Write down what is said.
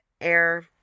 air